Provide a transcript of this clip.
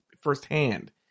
firsthand